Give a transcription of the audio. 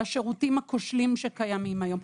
על השירותים הכושלים שקיימים היום.